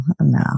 no